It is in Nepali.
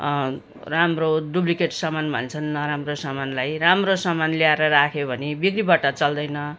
राम्रो डुप्लिकेट समान भन्छन् नराम्रो समानलाई राम्रो समान ल्याएर राख्यो भने बिक्रीबट्टा चल्दैन